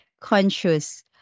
conscious